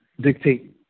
dictate